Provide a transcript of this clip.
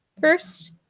first